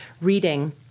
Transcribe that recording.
reading